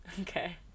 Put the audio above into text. Okay